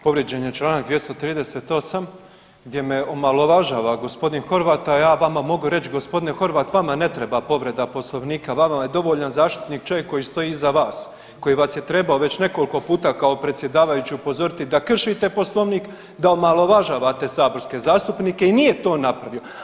Povrijeđen je čl. 238 gdje me omalovažava g. Horvat, a ja vama mogu reći, g. Horvat, vama ne treba povreda Poslovnika, vama je dovoljan zaštitnik čovjek koji stoji iza vas, koji vas je trebao već nekoliko puta kao predsjedavajući upozoriti da kršite Poslovnik, da omalovažavate saborske zastupnike i nije to napravio.